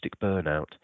burnout